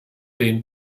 den